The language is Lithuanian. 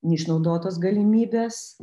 neišnaudotos galimybės